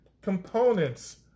components